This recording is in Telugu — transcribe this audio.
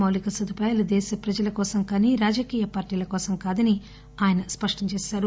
మౌలిక సదుపాయాలు దేశ ప్రజల కోసం కానీ రాజకీయ పార్టీల కోసం కాదని ఆయన స్పష్టం చేశారు